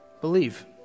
Believe